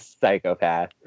Psychopath